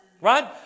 right